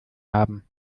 haben